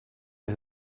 est